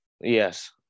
Yes